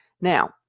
now